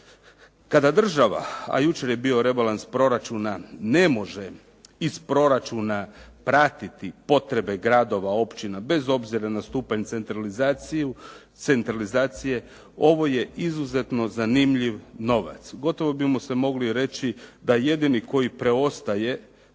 Kada država, a jučer je bio rebalans proračuna, ne može iz proračuna pratiti potrebe gradova, općina, bez obzira na stupanj centralizacije, ovo je izuzetno zanimljiv novac. Gotovo bi mu se moglo reći da jedini koji preostaje